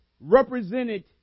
represented